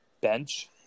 bench